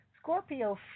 Scorpio